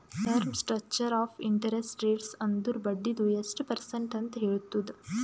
term structure of interest rates ಅಂದುರ್ ಬಡ್ಡಿದು ಎಸ್ಟ್ ಪರ್ಸೆಂಟ್ ಅಂತ್ ಹೇಳ್ತುದ್